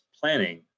planning